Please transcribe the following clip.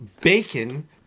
Bacon